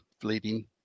fleeting